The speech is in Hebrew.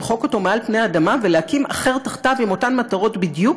למחוק אותו מעל פני האדם ולהקים אחר תחתיו עם אותן מטרות בדיוק?